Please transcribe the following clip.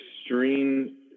extreme